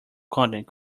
continent